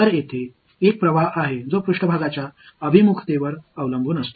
எனவே மேற்பரப்பின் ஒரிஇண்டஷன் பொறுத்து ஒரு ஃப்ளக்ஸ் உள்ளது